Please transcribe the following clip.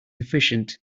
efficient